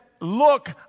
look